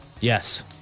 yes